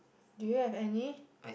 do you have any